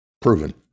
Proven